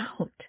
out